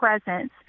presence